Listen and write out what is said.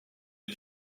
les